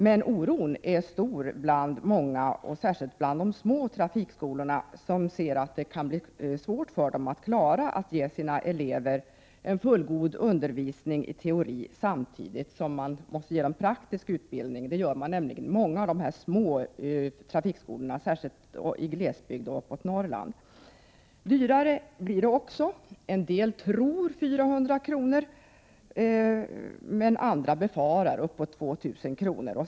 Men oron är stor hos många, särskilt bland de små trafikskolorna, som ser att det kan bli svårt för dem att klara uppgiften att ge eleverna en fullgod undervisning i teori, samtidigt som man måste ge dem praktisk utbildning. Det gör man nämligen i många av de små trafikskolorna, särskilt i glesbygd och i Norrland. Dyrare blir det också. En del tror att det kommer att kosta 400 kr. medan andra befarar att det blir uppåt 2 000 kr.